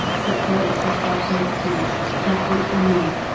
supported to such an extent, that we can make,